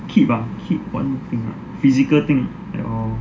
keep ah keep one thing ah physical thing ah